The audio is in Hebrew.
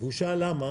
והוא שאל למה?